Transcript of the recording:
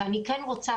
אני רוצה,